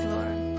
Lord